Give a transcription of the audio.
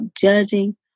judging